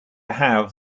have